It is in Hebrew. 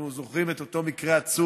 אנחנו זוכרים את אותו מקרה עצוב